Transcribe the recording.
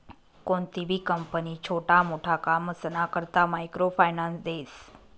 कोणतीबी कंपनी छोटा मोटा कामसना करता मायक्रो फायनान्स देस